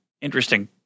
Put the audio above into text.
interesting